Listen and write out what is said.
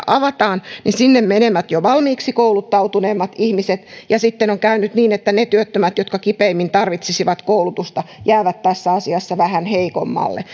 avataan sinne menevät jo valmiiksi kouluttautuneimmat ihmiset ja sitten on käynyt niin että ne työttömät jotka kipeimmin tarvitsisivat koulutusta jäävät tässä asiassa vähän heikommalle